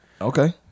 Okay